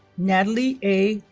natalie a.